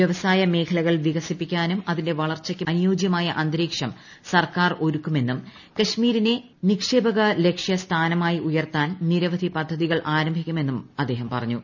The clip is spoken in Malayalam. വ്യാവസായ മേഖലകൾ വികസിപ്പിക്കാനും അതിന്റെ വളർച്ചയ്ക്കും അനുയോജ്യമായ അന്തരീക്ഷം സർക്കാർ ഒരുക്കുമെന്നും കശ്മീരിനെ നിക്ഷേപക ലക്ഷ്യസ്ഥാനമായി ഉയർത്താൻ നിരവധി പദ്ധതികൾ ആരംഭിക്കുമെന്നും അദ്ദേഹം പറഞ്ഞു